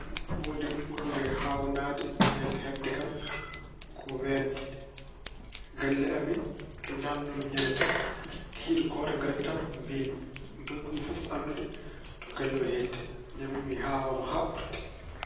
Huunde ɓurde haawnaade meeɗde heɓde kam ko weemde. Galle amin, to njahannoomi ñande fof, kikiiɗe gooto ngarmi tan mbeemmi. ndonkumi fof anndude to galle oo hetti. Ñande mun, mi haawaama haa ɓurti.